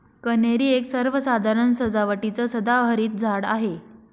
कन्हेरी एक सर्वसाधारण सजावटीचं सदाहरित झाड आहे